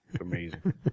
Amazing